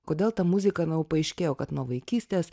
kodėl ta muzika na jau paaiškėjo kad nuo vaikystės